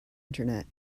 internet